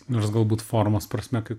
nors galbūt formos prasme kai